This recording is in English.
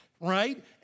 right